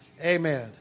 Amen